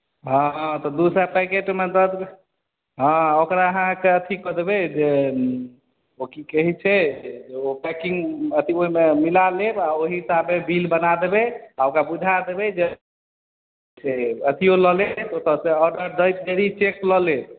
हँ तऽ दू सए पैकेटमे दऽ देबै हँ ओकरा अहाँके अथी कऽ देबै जे ओ की कहैत छै जे ओ पैकिंग अथी ओहिमे मिला लेब आ ओहि हिसाबे बिल बना देबै आ ओकरा बुझा देबै कि अथियो लऽ लेत ओतयसँ ऑर्डर दैत देरी चेक लऽ लेत